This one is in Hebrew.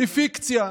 היא פיקציה.